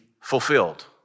fulfilled